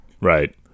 right